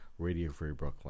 radiofreebrooklyn